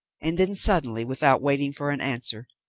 and then suddenly, without waiting for an answer,